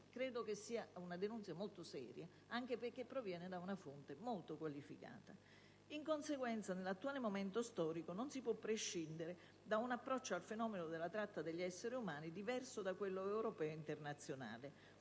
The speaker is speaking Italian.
Credo che sia una denunzia molto seria, anche perché proviene da una fonte molto qualificata. In conseguenza, nell'attuale momento storico non si può prescindere da un approccio al fenomeno della tratta degli esseri umani diverso da quello europeo e internazionale,